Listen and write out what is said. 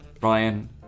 Ryan